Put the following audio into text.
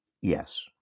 yes